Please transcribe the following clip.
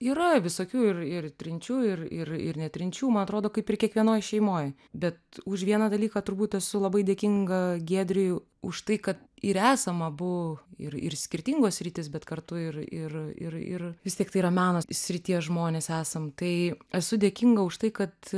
yra visokių ir ir trinčių ir ir ir netrinčių man atrodo kaip ir kiekvienoj šeimoj bet už vieną dalyką turbūt esu labai dėkinga giedriui už tai kad ir esam abu ir ir skirtingos sritys bet kartu ir ir ir ir vis tiek tai yra meno srities žmonės esam tai esu dėkinga už tai kad